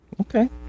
Okay